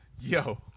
Yo